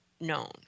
known